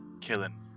killing